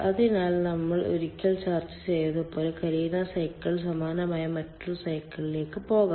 അതിനാൽ നമ്മൾ ഒരിക്കൽ ചർച്ച ചെയ്തതുപോലെ കലിന സൈക്കിൾ സമാനമായ മറ്റൊരു സൈക്കിളിലേക്ക് പോകാം